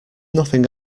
nothing